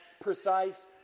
precise